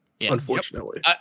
Unfortunately